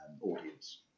audience